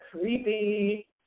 Creepy